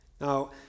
Now